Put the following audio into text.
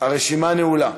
הרשימה נעולה.